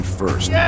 first